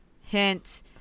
hint